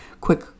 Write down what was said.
quick